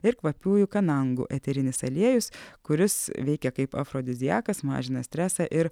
ir kvapiųjų kanangų eterinis aliejus kuris veikia kaip afrodiziakas mažina stresą ir